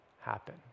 happen